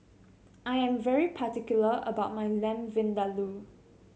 I am very particular about my Lamb Vindaloo